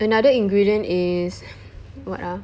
another ingredient is what ah